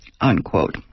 unquote